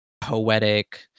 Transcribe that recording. poetic